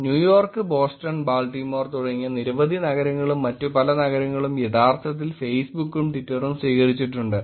New York Boston Baltimore തുടങ്ങി നിരവധി നഗരങ്ങളും മറ്റ് പല നഗരങ്ങളും യഥാർത്ഥത്തിൽ ഫേസ്ബുക്കും ട്വിറ്ററും സ്വീകരിച്ചിട്ടുണ്ട്